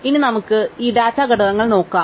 ഇനി നമുക്ക് ഈ ഡാറ്റ ഘടനകൾ നോക്കാം